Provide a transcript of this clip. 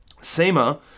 SEMA